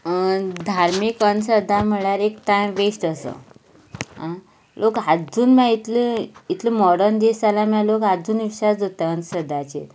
धार्मीक अंधश्रद्धा म्हळ्यार एक टायम वेस्ट असो आ लोक आजून बा इ इतलो मोर्डन दीस जाला म्हणल्या लोक आजून विश्वास दवरत्ता अंधश्रद्धेचेर